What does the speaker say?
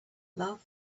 love